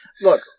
Look